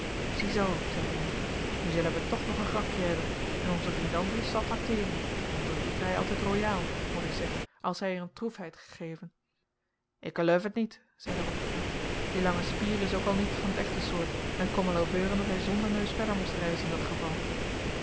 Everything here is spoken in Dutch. ziezoo zeide hij nou zellen we toch nog een grapje hebben en onze vriend andries zal trakteeren want dat doet hij altijd roiaal mot ik zeggen as hij er een troef heit egeven ik eleuf het niet zeide roggeveld die lange spier is ook al niet van t echte soort en t kon wel ebeuren dat hij zonder neus verder most reizen in dat geval